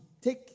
take